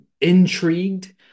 intrigued